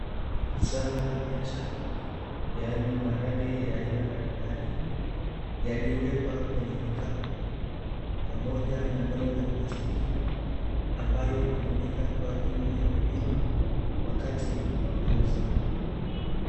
Zao la biashara, yaani maharage ya aina mbalimbali, yaliowekwa kwenye vikapu, pamoja na ndoo ya plastiki, ambayo hutumika kwaajili ya kupima, wakati wa kuuza.